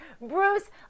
Bruce